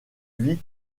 vie